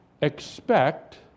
expect